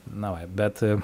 na va bet